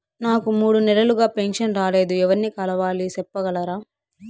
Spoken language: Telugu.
నాకు మూడు నెలలుగా పెన్షన్ రాలేదు ఎవర్ని కలవాలి సెప్పగలరా?